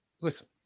listen